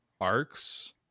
arcs